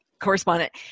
correspondent